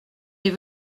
est